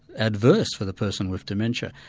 adverse for the person with dementia.